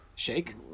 Shake